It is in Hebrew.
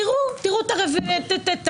תראו את הרביעייה,